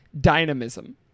dynamism